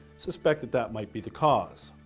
suspect that that might be the cause.